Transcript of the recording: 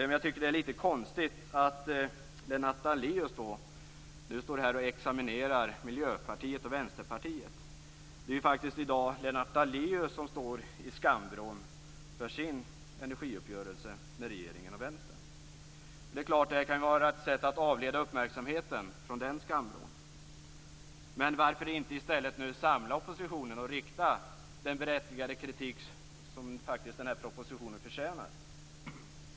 Jag tycker att det är litet konstigt att Lennart Daléus nu står här och examinerar Miljöpartiet och Vänsterpartiet. Det är ju i dag faktiskt Lennart Daléus som står i skamvrån för sin energiuppgörelse med regeringen och Vänsterpartiet. Men det är klart att detta kan vara ett sätt att avleda uppmärksamheten från den skamvrån. Men varför inte i stället nu samla oppositionen och rikta den berättigade kritik mot propositionen som den förtjänar.